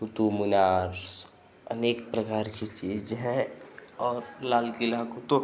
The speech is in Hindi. कुतुब मीनार अनेक प्रकार की चीज है और लाल किला को तो